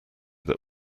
that